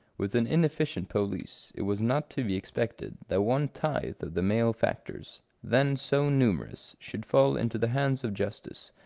with an inefficient police, it was not to be expected that one tithe of the male factors, then so numerous, should fall into the hands of justice,